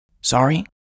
Sorry